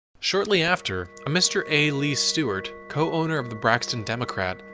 shortly after, a mr. a. lee stewert, co-owner of the braxton democrat,